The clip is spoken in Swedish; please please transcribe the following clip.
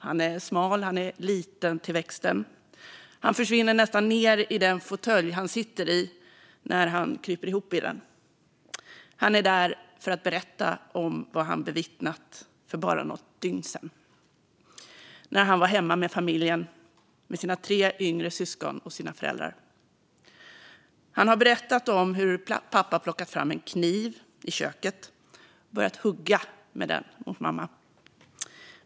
Han är smal och liten till växten och försvinner nästan ned i den fåtölj han sitter i när han kryper ihop. Han är där för att berätta om vad han bevittnat för bara något dygn sedan, när han var hemma med familjen med sina tre yngre syskon och sina föräldrar. Han har berättat om hur pappa plockat fram en kniv i köket och börjat hugga med den mot mamma.